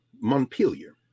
Montpelier